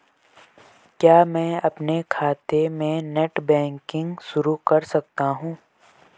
क्या मैं अपने खाते में नेट बैंकिंग शुरू कर सकता हूँ?